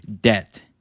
debt